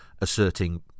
asserting